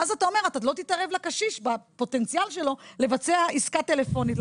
ואז אתה אומר שאתה לא תתערב לקשיש בפוטנציאל שלו לבצע עסקה טלפונית.